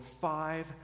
five